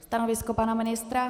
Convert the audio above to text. Stanovisko pana ministra?